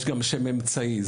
יש גם שם אמצעי,